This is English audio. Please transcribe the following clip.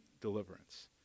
deliverance